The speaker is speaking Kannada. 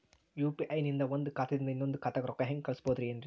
ಯು.ಪಿ.ಐ ನಿಂದ ಒಂದ್ ಖಾತಾದಿಂದ ಇನ್ನೊಂದು ಖಾತಾಕ್ಕ ರೊಕ್ಕ ಹೆಂಗ್ ಕಳಸ್ಬೋದೇನ್ರಿ?